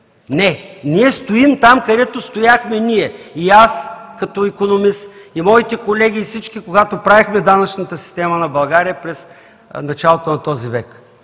Не, ние стоим там, където стояхме – и аз като икономист, и моите колеги, и всички, когато правихме данъчната система на България в началото на този век,